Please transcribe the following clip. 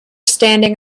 standing